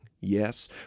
Yes